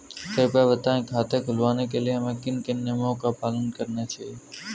कृपया बताएँ खाता खुलवाने के लिए हमें किन किन नियमों का पालन करना चाहिए?